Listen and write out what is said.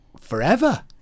forever